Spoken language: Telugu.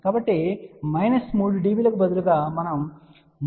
కాబట్టి 3 dB కి బదులుగా మనము 3